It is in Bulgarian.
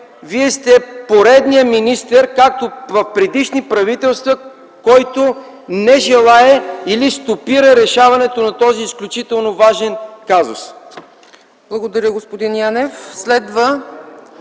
Вие сте поредният министър, както в предишни правителства, който не желае или стопира решаването на този изключително важен казус. ПРЕДСЕДАТЕЛ ЦЕЦКА ЦАЧЕВА: Благодаря, господин Янев. Следва